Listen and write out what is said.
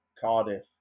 Cardiff